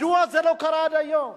מדוע זה לא קרה עד היום?